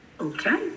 Okay